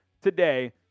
today